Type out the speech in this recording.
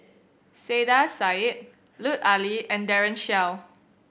Saiedah Said Lut Ali and Daren Shiau